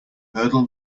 hurdle